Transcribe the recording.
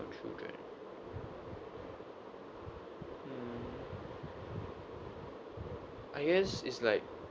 okay hmm I guess it's like